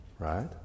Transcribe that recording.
Right